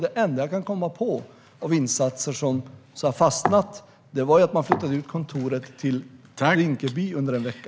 Den enda insats som har fastnat i mitt minne var att man flyttade ut kontoret till Rinkeby under en vecka.